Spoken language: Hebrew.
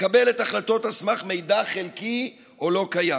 מקבלת החלטות על סמך מידע חלקי או לא קיים.